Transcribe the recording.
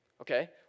okay